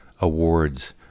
awards